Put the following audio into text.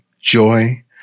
joy